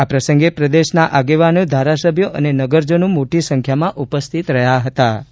આ પ્રસંગે પ્રદેશના આગેવાનો ધારાસભ્યો અને નગરજનો મોટી સંખ્યામાં ઉપસ્થિત રહ્યાં હતાં